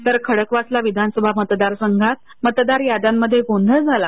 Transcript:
तर खडकवासला विधानसभा मतदारसंघात मतदार याद्यांत गोंधळ झाला